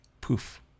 poof